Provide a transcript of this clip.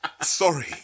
Sorry